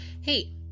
hey